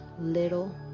little